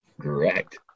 Correct